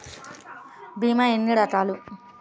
భీమ ఎన్ని రకాలు?